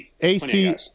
AC